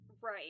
Right